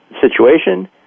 situation